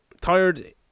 tired